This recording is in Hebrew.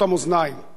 המאזניים.